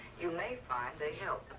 you may find they help.